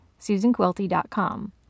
SusanQuilty.com